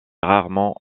rarement